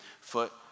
foot